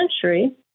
century